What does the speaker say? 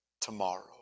tomorrow